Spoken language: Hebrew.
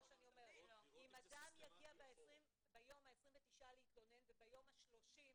אם אדם יגיע ביום ה-29 להתלונן וביום ה-30,